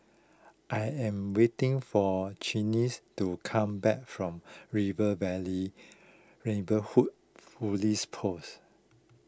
I am waiting for Channies to come back from River Valley Neighbourhood Police Post